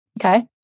okay